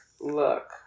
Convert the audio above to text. look